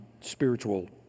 spiritual